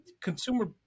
consumer